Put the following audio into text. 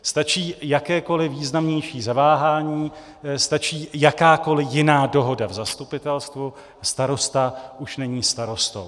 Stačí jakékoliv významnější zaváhání, stačí jakákoliv jiná dohoda v zastupitelstvu a starosta už není starostou.